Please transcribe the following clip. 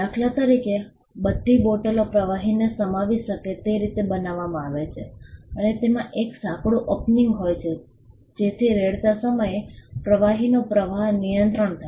દાખલા તરીકે બધી બોટલો પ્રવાહીને સમાવી શકે તે રીતે બનાવવામાં આવે છે અને તેમાં એક સાંકડુ ઓપનીંગ હોય છે જેથી રેડતા સમયે પ્રવાહીનો પ્રવાહ નિયંત્રિત થાય